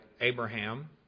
Abraham